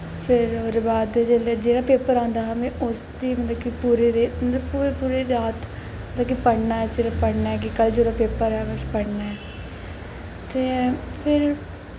फिर ओह्दे बाद जिसलै जेह्दा पेपर आंदा हा में उसदी मतलब पूरी पूरी रात पढ़ना ऐ पढ़ना ऐ सिर्फ पढ़ाना ऐ तां कि कल पेपर ऐ में पढ़ना ऐ ते फिर